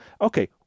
Okay